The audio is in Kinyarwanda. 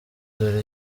dore